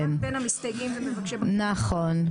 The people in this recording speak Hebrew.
רק בין המסתייגים ומבקשי --- נכון.